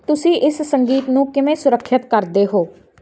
ਤੁਸੀਂ ਇਸ ਸੰਗੀਤ ਨੂੰ ਕਿਵੇਂ ਸੁਰੱਖਿਅਤ ਕਰਦੇ ਹੋ